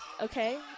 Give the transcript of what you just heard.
Okay